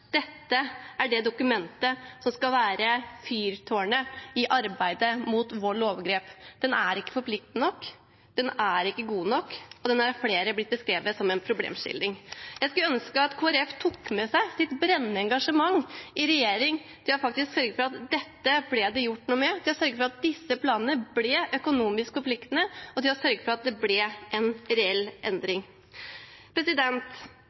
Dette er det dokumentet som skal være fyrtårnet i arbeidet mot vold og overgrep. Planen er ikke forpliktende nok, den er ikke god nok, og den er av flere blitt beskrevet som en problemskildring. Jeg skulle ønske at Kristelig Folkeparti tok med seg sitt brennende engasjement i regjering til faktisk å sørge for at dette ble det gjort noe med, til å sørge for at disse planene ble økonomisk forpliktende, og til å sørge for at det ble en reell